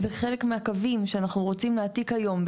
וחלק מהקווים שאנחנו רוצים להעתיק היום,